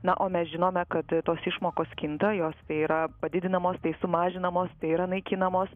na o mes žinome kad tos išmokos kinta jos tai yra padidinamos tai sumažinamos tai yra naikinamos